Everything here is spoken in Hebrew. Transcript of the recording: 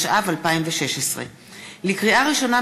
התשע"ו 2016. לקריאה ראשונה,